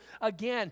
again